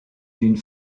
d’une